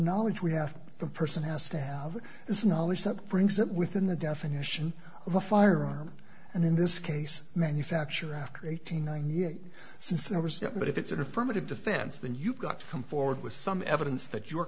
knowledge we have the person has to have this knowledge that brings it within the definition of a firearm and in this case manufacturer after eighty nine years since there was that but if it's an affirmative defense then you've got to come forward with some evidence that your